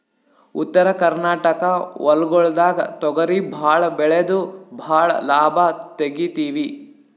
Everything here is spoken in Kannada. ಉತ್ತರ ಕರ್ನಾಟಕ ಹೊಲ್ಗೊಳ್ದಾಗ್ ತೊಗರಿ ಭಾಳ್ ಬೆಳೆದು ಭಾಳ್ ಲಾಭ ತೆಗಿತೀವಿ